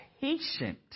patient